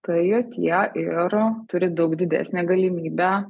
tai tie ir turi daug didesnę galimybę